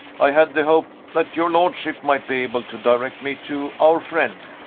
i had the hope that your lordship might be able to direct me to our friend.